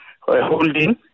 holding